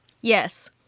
yes